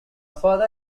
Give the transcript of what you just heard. father